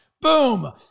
Boom